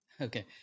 Okay